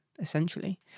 essentially